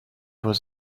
was